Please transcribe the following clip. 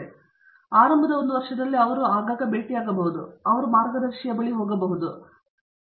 ಆದ್ದರಿಂದ ಆರಂಭದಲ್ಲಿ 1 ವರ್ಷದಲ್ಲಿ ಅವರು ಆಗಾಗ ಭೇಟಿಯಾಗಬಹುದು ಮತ್ತು ನಂತರ ಅವರು ಮಾರ್ಗದರ್ಶಿಗೆ ಹೋಗಬಹುದು ಮತ್ತು ಆದ್ದರಿಂದ ಅವರನ್ನು ಭೇಟಿಯಾಗಬಹುದು